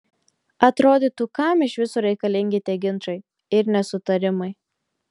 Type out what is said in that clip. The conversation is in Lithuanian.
atrodytų kam iš viso reikalingi tie ginčai ir nesutarimai